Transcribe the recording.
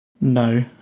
No